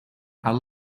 are